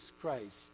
Christ